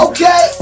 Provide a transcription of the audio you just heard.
Okay